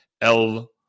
El